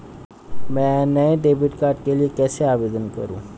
मैं नए debit card के लिए कैसे आवेदन करूं?